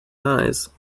eyes